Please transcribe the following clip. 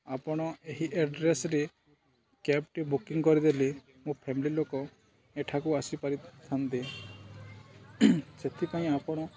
ଆପଣ ଏହି ଆଡ଼୍ରେସ୍ରେ କ୍ୟାବ୍ଟି ବୁକିଂ କରିଦେଲି ମୋ ଫ୍ୟାମିଲି ଲୋକ ଏଠାକୁ ଆସିପାରିଥାନ୍ତେ ସେଥିପାଇଁ ଆପଣ